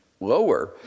lower